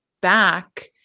back